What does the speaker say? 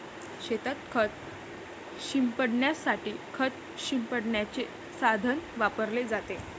शेतात खत शिंपडण्यासाठी खत शिंपडण्याचे साधन वापरले जाते